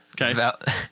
Okay